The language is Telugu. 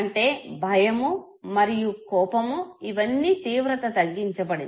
అంటే భయము మరియు కోపము ఇవన్నీ తీవ్రత త్తగ్గించబడింది